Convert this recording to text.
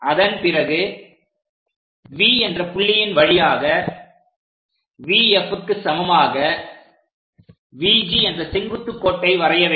அதன் பிறகு V என்ற புள்ளியின் வழியாக VFக்கு சமமாக VG என்ற செங்குத்து கோட்டை வரைய வேண்டும்